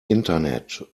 internet